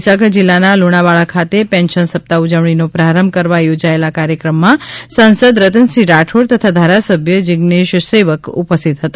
મહીસાગર જિલ્લાના લુણાવાડા ખાતે પેન્શન સપ્તાહ ઉજવણીનો પ્રારંભ કરવા યોજાયેલા કાર્યક્રમ માં સાંસદ રતનસિંહ રાઠોડ તથા ધારાસભ્ય જિઝેશ સેવક ઉપસ્થિત હતા